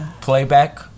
playback